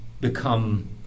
become